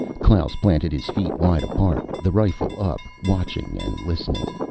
klaus planted his feet wide apart, the rifle up, watching and listening.